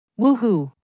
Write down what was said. Woohoo